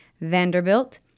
Vanderbilt